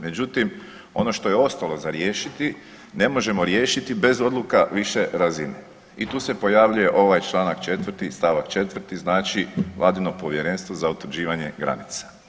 Međutim, ono što je ostalo za riješiti ne možemo riješiti bez odluka više razine i tu se pojavljuje ovaj čl. 4. st. 4., znači Vladino Povjerenstvo za utvrđivanje granica.